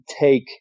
take